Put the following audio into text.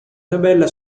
tabella